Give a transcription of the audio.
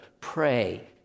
pray